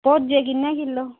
तोजे कि'यां किलो